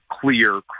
clear